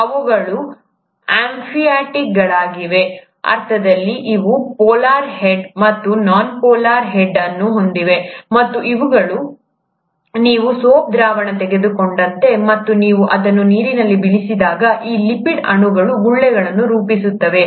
ಇವುಗಳು ಆಂಫಿಫಾಟಿಕ್ಗಳಾಗಿವೆ ಅರ್ಥದಲ್ಲಿ ಅವು ಪೋಲಾರ್ ಹೆಡ್ ಮತ್ತು ನಾನ್ ಪೋಲಾರ್ ಹೆಡ್non-polar head ಅನ್ನು ಹೊಂದಿವೆ ಮತ್ತು ಇವುಗಳು ನೀವು ಸೋಪ್ ದ್ರಾವಣವನ್ನು ತೆಗೆದುಕೊಂಡಂತೆ ಮತ್ತು ನೀವು ಅದನ್ನು ನೀರಿನಲ್ಲಿ ಬೀಳಿಸಿದಾಗ ಈ ಲಿಪಿಡ್ ಅಣುಗಳು ಗುಳ್ಳೆಗಳನ್ನು ರೂಪಿಸುತ್ತವೆ